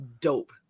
dope